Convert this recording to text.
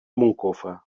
moncofa